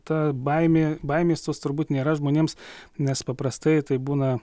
ta baimė baimės tos turbūt nėra žmonėms nes paprastai taip būna